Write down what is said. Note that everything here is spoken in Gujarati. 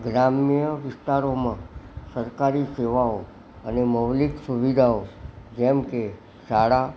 ગ્રામ્ય વિસ્તારોમાં સરકારી સેવાઓ અને મૌલિક સુવિધાઓ જેમકે શાળા